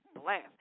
blast